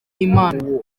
imana